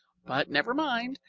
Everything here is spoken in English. but never mind,